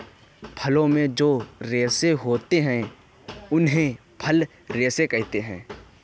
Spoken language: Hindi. फलों में जो रेशे होते हैं उन्हें फल रेशे कहते है